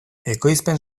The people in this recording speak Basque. ekoizpen